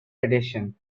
edition